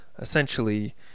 Essentially